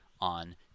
on